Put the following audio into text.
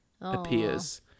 appears